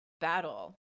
battle